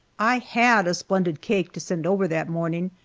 i had a splendid cake to send over that morning,